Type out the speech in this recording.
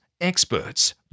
experts